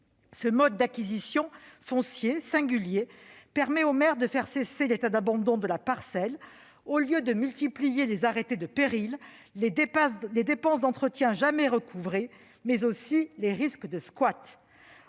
Ce mode d'acquisition foncière singulier permet aux maires de faire cesser l'état d'abandon de la parcelle au lieu de multiplier les arrêtés de péril et les dépenses d'entretien jamais recouvrées ; il permet aussi de limiter les risques de squats.